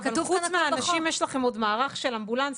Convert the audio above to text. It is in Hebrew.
אבל חוץ מהאנשים יש לכם עוד מערך של אמבולנסים,